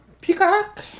Peacock